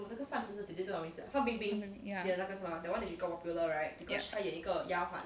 ya ya